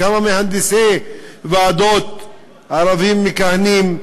כמה מהנדסי ועדות ערבים מכהנים.